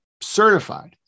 certified